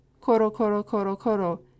Koro-koro-koro-koro